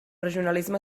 regionalisme